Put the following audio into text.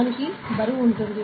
దీనికి బరువు ఉంటుంది